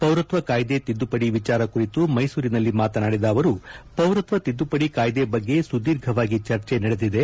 ಪೌರತ್ವ ಕಾಯ್ನೆ ತಿದ್ದುಪಡಿ ವಿಚಾರ ಕುರಿತು ಮೈಸೂರಿನಲ್ಲಿ ಮಾತನಾಡಿದ ಅವರು ಪೌರತ್ವ ತಿದ್ದುಪಡಿ ಕಾಯ್ನೆ ಬಗ್ಗೆ ಸುದೀರ್ಘವಾಗಿ ಚರ್ಚೆ ನಡೆದಿದೆ